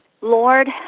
Lord